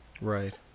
Right